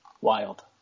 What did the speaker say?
Wild